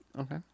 Okay